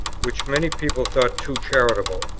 which many people thought too charitable,